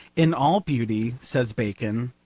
in all beauty says bacon,